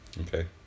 okay